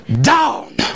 down